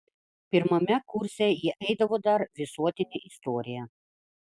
pirmame kurse jie eidavo dar visuotinę istoriją